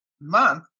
month